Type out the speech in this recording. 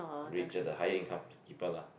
richer the higher income the cheaper lah